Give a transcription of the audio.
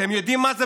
אתם יודעים מה זה,